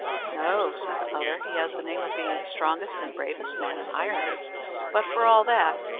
no, said the other, he has the name of being the strongest and bravest man in ireland but for all that,